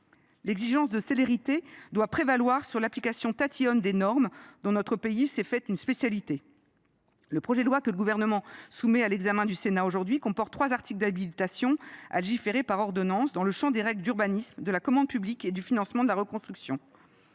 L’exigence de célérité doit prévaloir sur l’application tatillonne des normes, dont notre pays s’est fait une spécialité. Le projet de loi que le Gouvernement soumet à l’examen du Sénat aujourd’hui comporte trois articles d’habilitation à légiférer par ordonnance dans le champ des règles d’urbanisme, de la commande publique et du financement de la reconstruction.